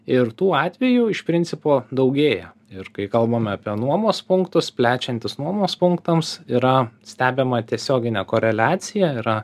ir tų atvejų iš principo daugėja ir kai kalbame apie nuomos punktus plečiantis nuomos punktams yra stebima tiesioginė koreliacija yra